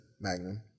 Magnum